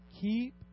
keep